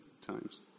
times